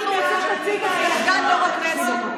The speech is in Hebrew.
מירב, אנחנו רוצים שתהיי סגן יושב-ראש הכנסת,